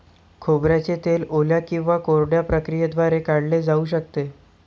खोबऱ्याचे तेल ओल्या किंवा कोरड्या प्रक्रियेद्वारे काढले जाऊ शकते